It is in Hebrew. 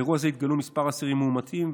באירוע זה התגלו כמה אסירים מאומתים,